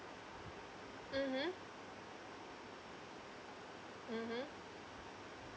mmhmm mmhmm